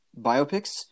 biopics